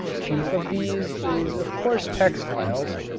chief of these is of course textiles,